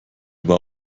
aber